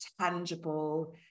tangible